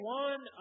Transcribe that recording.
one